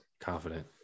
confident